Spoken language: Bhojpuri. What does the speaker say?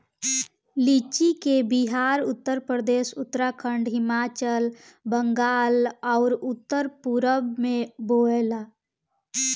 लीची के बिहार, उत्तरप्रदेश, उत्तराखंड, हिमाचल, बंगाल आउर उत्तर पूरब में बोआला